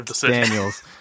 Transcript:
Daniel's